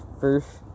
first